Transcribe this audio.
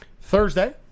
Thursday